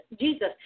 Jesus